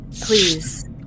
Please